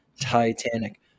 Titanic